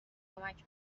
کمک